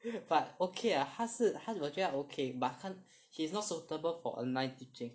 but okay lah 他是我觉得他 okay but can't she's not suitable for online teaching